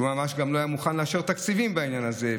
שהוא גם ממש לא היה מוכן לאשר תקציבים בעניין הזה,